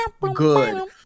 good